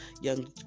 young